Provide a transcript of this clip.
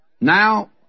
Now